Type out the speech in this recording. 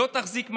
לא תחזיק מעמד.